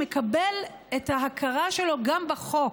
שמקבל את ההכרה שלו גם בחוק,